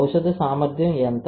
ఔషధ సామర్థ్యం ఎంత